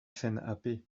fnap